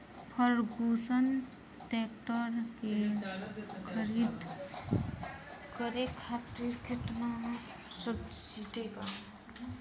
Ferguson tractor के खरीद करे खातिर केतना सब्सिडी बा?